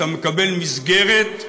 אתה מקבל מסגרת,